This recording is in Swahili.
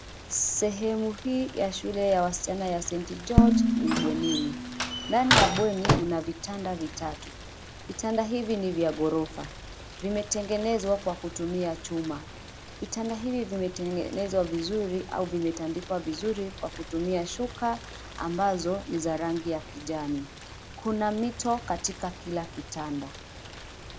Sehemu hii ya shule ya wasichana ya St George, ni bwenini. Ndani ya bweni, mna vitanda vitatu. Vitanda hivi ni vya ghorofa. Vimetengenezwa kwa kutumia chuma. Vitanda hivi vimetengenezwa vizuri au vimetandikwa vizuri kwa kutumia shuka ambazo ni za rangi ya kijani. Kuna mito katika kila kitanda.